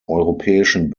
europäischen